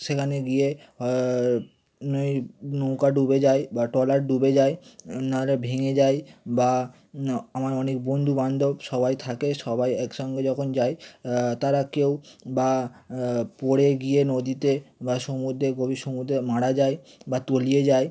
সেখানে গিয়ে এই নৌকা ডুবে যায় বা ট্রলার ডুবে যায় নাহলে ভেঙে যায় বা আমার অনেক বন্ধুবান্ধব সবাই থাকে সবাই একসঙ্গে যখন যায় তারা কেউ বা পড়ে গিয়ে নদীতে বা সমুদ্রে গভীর সমুদ্রে মারা যায় বা তলিয়ে যায়